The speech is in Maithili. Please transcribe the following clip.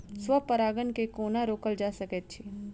स्व परागण केँ कोना रोकल जा सकैत अछि?